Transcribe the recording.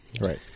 Right